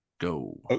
Go